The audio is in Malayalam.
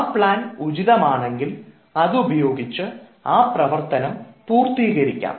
ആ പ്ലാൻ ഉചിതം ആണെങ്കിൽ അത് ഉപയോഗിച്ച് ആ പ്രവർത്തനം പൂർത്തീകരിക്കാം